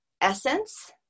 essence